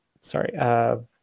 sorry